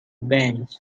bench